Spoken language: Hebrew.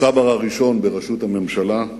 הצבר הראשון בראשות הממשלה,